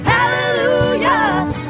Hallelujah